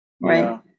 Right